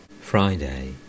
Friday